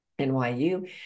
NYU